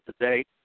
today